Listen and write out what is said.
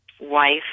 wife